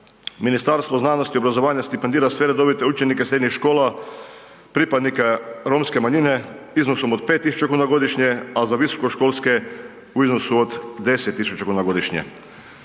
Ministarstvo znanosti i obrazovanja stipendira sve redovite učenike srednjih škola pripadnika romske manjine iznosom od 5.000 kuna godišnje, a za visokoškolske u iznosu od 10.000 kuna godišnje.